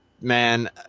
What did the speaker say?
man